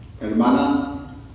hermana